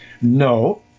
No